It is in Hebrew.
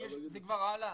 זה כבר עלה,